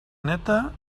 neta